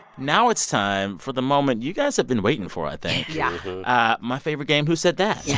now it's time for the moment you guys have been waiting for, i think yeah my favorite game who said that yeah